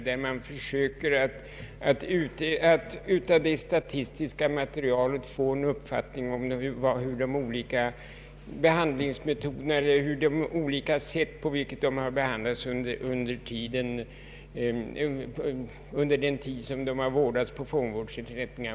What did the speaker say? Denna utredning försöker att av tillgängligt statistiskt material få en uppfattning om betydelsen för de intagna av de olika behandlingsmetoderna under den tid de vårdats på fångvårdsinrättningar.